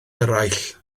eraill